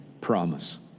promise